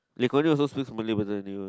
Lee-Kuan-Yew also speaks Malay person anyway